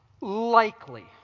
Likely